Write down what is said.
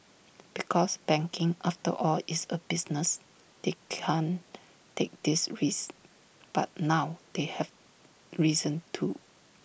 because banking after all is A business they can't take these risks but now they have reason to